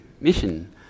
mission